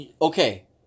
okay